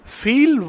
feel